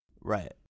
right